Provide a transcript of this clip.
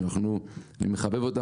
שאני מחבב אותה,